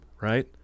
right